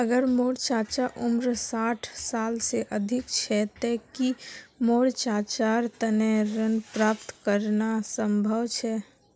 अगर मोर चाचा उम्र साठ साल से अधिक छे ते कि मोर चाचार तने ऋण प्राप्त करना संभव छे?